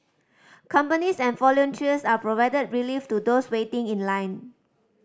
companies and volunteers are provided relief to those waiting in line